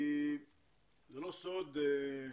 זה לא סוד,